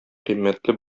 кыйммәтле